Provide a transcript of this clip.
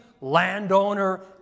landowner